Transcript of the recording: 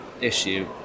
Issue